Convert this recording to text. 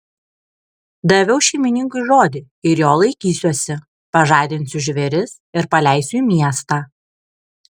daviau šeimininkui žodį ir jo laikysiuosi pažadinsiu žvėris ir paleisiu į miestą